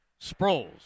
Sproles